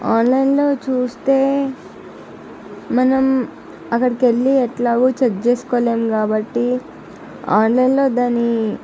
ఆన్లైన్లో చూస్తే మనం అక్కడికి వెళ్ళి ఎట్లాగో చెక్ చేసుకోలేం కాబట్టి ఆన్లైన్లో దాని